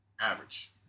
Average